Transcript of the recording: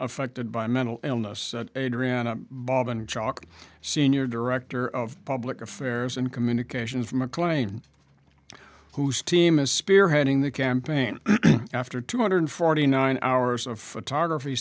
affected by mental illness adriana bob and chalk senior director of public affairs and communications mclean whose team is spearheading the campaign after two hundred forty nine hours of photography